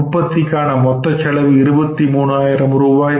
உற்பத்திக்கான மொத்த செலவு 23 ஆயிரம் ரூபாய்